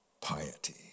piety